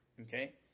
okay